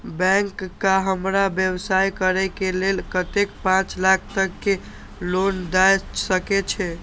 Bank का हमरा व्यवसाय करें के लेल कतेक पाँच लाख तक के लोन दाय सके छे?